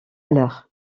l’heure